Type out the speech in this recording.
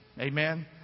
Amen